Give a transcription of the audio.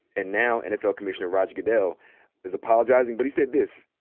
and now nfl commissioner roger goodell is apologizing. but he said this.